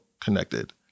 connected